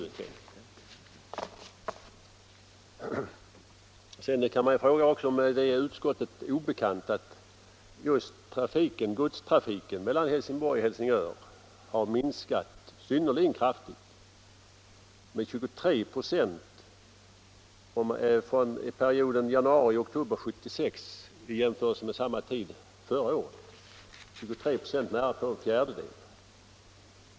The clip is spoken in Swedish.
26 november 1975 Sedan kan man också fråga om det är utskottet obekant att just godstrafiken mellan Helsingborg och Helsingör har minskat synnerligen kraf Öresundsförbintigt — med 23 96 under perioden januari-oktober 1975 i jämförelse med = delserna samma tid förra året.